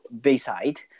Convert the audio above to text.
Bayside